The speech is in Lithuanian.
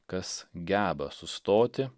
kas geba sustoti